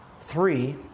three